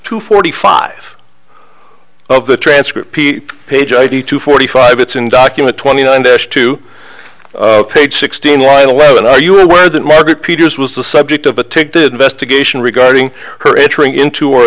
two forty five of the transcript page eighty two forty five it's in document twenty nine dish to page sixteen line eleven are you aware that margaret peters was the subject of a tick did investigation regarding her entering into or